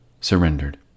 surrendered